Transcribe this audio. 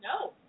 No